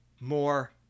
more